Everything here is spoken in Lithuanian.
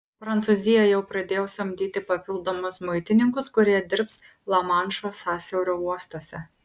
prancūzija jau pradėjo samdyti papildomus muitininkus kurie dirbs lamanšo sąsiaurio uostuose